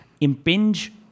impinge